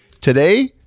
Today